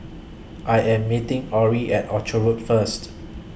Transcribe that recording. I Am meeting Orrie At Orchard Road First